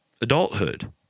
adulthood